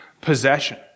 possession